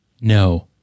No